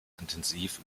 intensiv